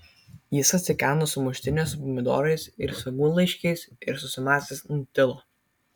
jis atsikando sumuštinio su pomidorais ir svogūnlaiškiais ir susimąstęs nutilo